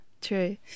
true